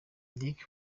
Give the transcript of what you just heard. dick